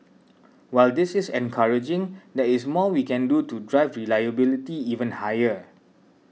while this is encouraging there is more we can do to drive reliability even higher